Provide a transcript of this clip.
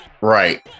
Right